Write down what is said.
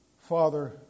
Father